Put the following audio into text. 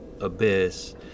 abyss